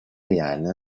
реальный